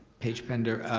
page bender,